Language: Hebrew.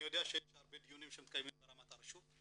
אני יודע שיש הרבה דיונים שמתקיימים ברמת הרשות,